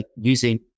using